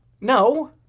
No